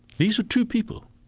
these are two people